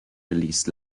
released